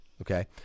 Okay